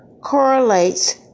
correlates